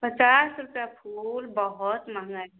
पचास रुपया फूल बहुत महंगा दिए